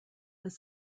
was